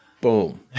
Boom